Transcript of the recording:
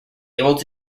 able